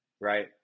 right